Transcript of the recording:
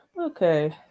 okay